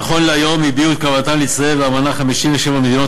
נכון להיום הביעו את כוונתן להצטרף לאמנה 57 מדינות,